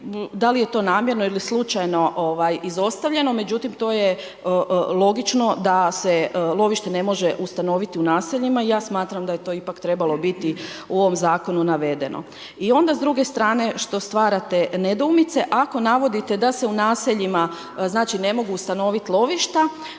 da li je to namjerno ili slučajno izostavljeno, međutim to je logično da se lovište ne može ustanoviti u naseljima, i ja smatram da je to ipak trebalo biti u ovom zakonu navedeno. I onda s druge strane što stvarate nedoumice, ako navodite da se u naseljima znači ne mogu ustanoviti lovišta,